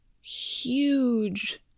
huge